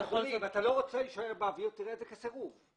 אם אתה לא רוצה להישאר באוויר, תראה את זה כסירוב.